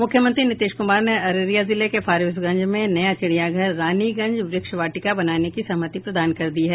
मुख्यमंत्री नीतीश कुमार ने अररिया जिले के फारबिसगंज में नया चिड़ियाघर रानीगंज व्रक्ष वाटिका बनाने की सहमति प्रदान कर दी है